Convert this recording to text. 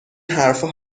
حرفها